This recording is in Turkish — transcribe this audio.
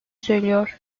söylüyor